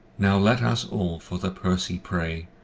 now let us all for the percy pray,